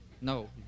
No